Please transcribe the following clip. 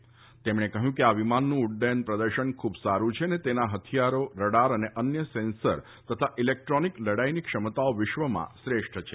સંરક્ષણમંત્રીએ કહ્યું કે આ વિમાનનું ઉદ્દયનનું પ્રદર્શન ખૂબ સાડું છે અને તેના હથિયારો રડાર અને અન્ય સેન્સર અને ઇલેક્ટ્રોનિક લડાઇની ક્ષમતાઓ વિશ્વમાં શ્રેષ્ઠ છે